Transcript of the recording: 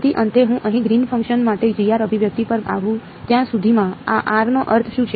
તેથી અંતે હું અહીં ગ્રીનના ફંક્શન માટે અભિવ્યક્તિ પર આવું ત્યાં સુધીમાં આ r નો અર્થ શું છે